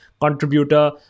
contributor